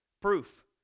Proof